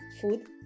food